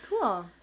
cool